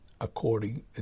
according